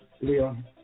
Leon